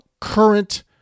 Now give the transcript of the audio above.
current